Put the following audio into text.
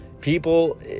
people